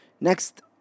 Next